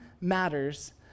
matters